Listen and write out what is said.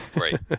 right